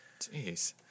Jeez